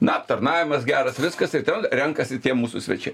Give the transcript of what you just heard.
na aptarnavimas geras viskas ir ten renkasi tie mūsų svečiai